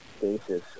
basis